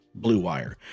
BlueWire